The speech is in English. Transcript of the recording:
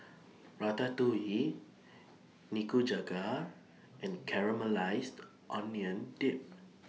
Ratatouille Nikujaga and Caramelized Maui Onion Dip